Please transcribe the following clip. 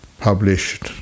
published